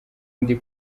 ndi